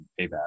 payback